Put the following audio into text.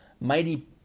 Mighty